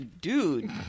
dude